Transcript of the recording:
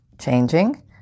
changing